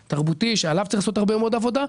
והתרבותי שלגביו צריך לעשות הרבה מאוד עבודה.